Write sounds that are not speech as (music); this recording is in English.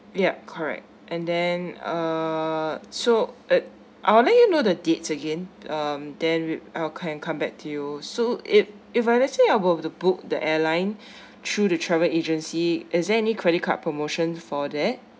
yup correct and then uh so uh I will let you know the dates again um then I I can come back to you so if if I let say I want to book the airline (breath) through to travel agency is there any credit card promotions for that